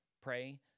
pray